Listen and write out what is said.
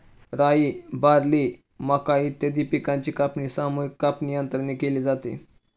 राई, बार्ली, मका इत्यादी पिकांची कापणी सामूहिक कापणीयंत्राने केली जाते